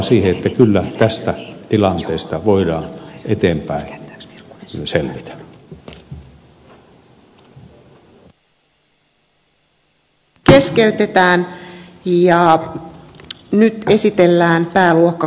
tämä antaa myös uskoa siihen että kyllä tästä tilanteesta voidaan eteenpäin selvitä